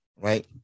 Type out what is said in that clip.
right